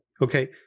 Okay